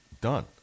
done